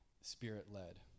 Spirit-led